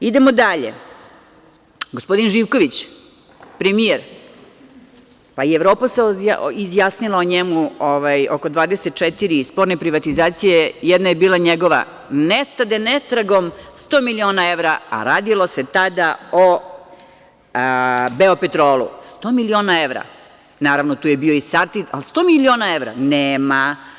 Idemo dalje, gospodin Živković, premijer, pa i Evropa se izjasnila o njemu, oko 24 sporne privatizacije, a jedna je bila njegova, nestade netragom 100 miliona evra, a radilo se tada o Beopetrolu, naravno, tu je bio i Sartid, ali 100 miliona evra – nema.